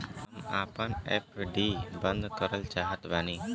हम आपन एफ.डी बंद करल चाहत बानी